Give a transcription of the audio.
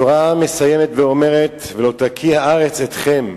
התורה מסיימת ואומרת: ולא תקיא הארץ אתכם